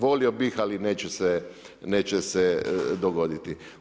Volio bih, ali neće se dogoditi.